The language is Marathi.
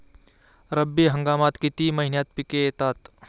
रब्बी हंगामात किती महिन्यांत पिके येतात?